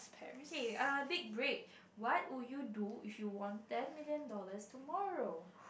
okay err big break what would you do if you won ten million dollars tomorrow